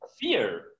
fear